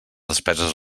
despeses